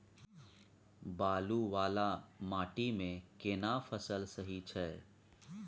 बालू वाला माटी मे केना फसल सही छै?